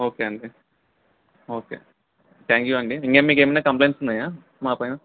okay అండి okay thank you అండి ఇంక మీకు ఏమైనా కంప్లైంట్స్ ఉన్నాయా మా పైన